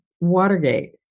Watergate